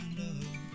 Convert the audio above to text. love